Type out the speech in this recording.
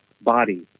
body